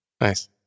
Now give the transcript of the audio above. nice